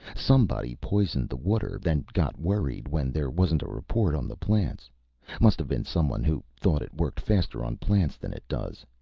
somebody poisoned the water, then got worried when there wasn't a report on the plants must have been someone who thought it worked faster on plants than it does.